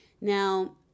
Now